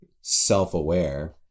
self-aware